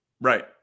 Right